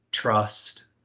trust